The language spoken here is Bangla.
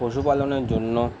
পশুপালনের জন্য